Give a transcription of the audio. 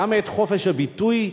גם את חופש הביטוי,